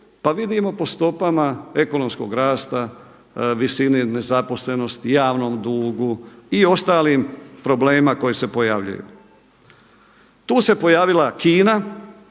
Pa vidimo po stopama ekonomskog rasta, visini nezaposlenosti, javnom dugu i ostalim problemima koji se pojavljuju. Tu se pojavila Kina